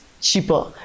cheaper